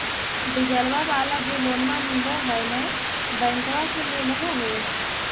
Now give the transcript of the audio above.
डिजलवा वाला जे लोनवा मिल है नै बैंकवा से लेलहो हे?